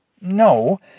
No